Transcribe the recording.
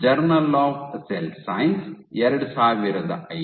journal of cell science 2005